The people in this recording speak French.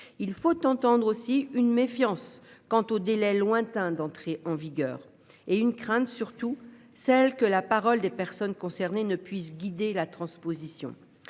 Il faut entendre aussi une méfiance quant au délais lointain d'entrée en vigueur et une crainte surtout celle que la parole des personnes concernées ne puisse guider la transposition.